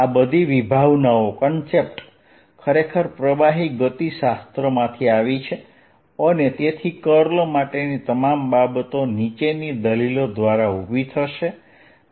આ બધી વિભાવનાઓ ખરેખર પ્રવાહી ગતિશાસ્ત્ર માંથી આવી છે અને તેથી કર્લ માટેની તમામ બાબતો નીચેની દલીલો દ્વારા ઉભી થશે